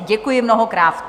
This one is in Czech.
Děkuji mnohokrát.